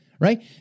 right